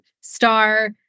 star